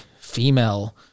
female